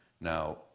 Now